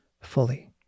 fully